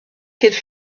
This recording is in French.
qu’elle